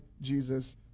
jesus